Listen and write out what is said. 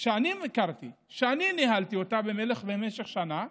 שאני הכרתי, שאני ניהלתי במשך שנה,